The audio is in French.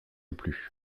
plus